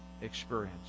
Experience